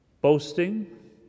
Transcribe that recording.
Boasting